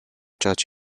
church